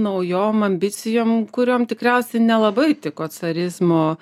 naujom ambicijom kuriom tikriausiai nelabai tiko carizmo